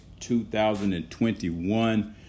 2021